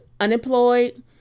unemployed